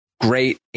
great